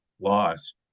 loss